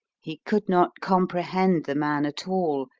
he could not comprehend the man at all,